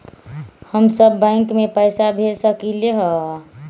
हम सब बैंक में पैसा भेज सकली ह?